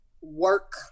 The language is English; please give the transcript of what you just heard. work